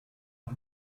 con